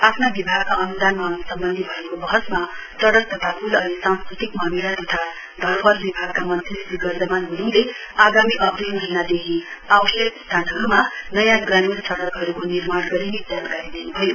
आफ्ना विभागका अनुदान मांग सम्बन्धी भएको बहसमा सड़क तथा पुल अनि सांस्कृतिक मामिला तथा धरोहर विभागका मंत्री श्री गर्जमान गुरूङले आगामी अप्रेल महीनादेखि आवश्यक स्थानहरूमा नयाँ ग्रामीण सड़कहरूको निर्माण गरिने जानकारी दिनुभयो